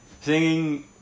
singing